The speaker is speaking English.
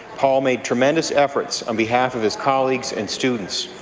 paul made tremendous efforts on behalf of his colleagues and students.